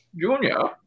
Junior